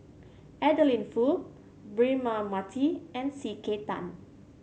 Adeline Foo Braema Mathi and C K Tang